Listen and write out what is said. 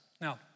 Now